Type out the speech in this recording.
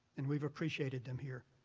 and we've appreciated them here,